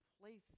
place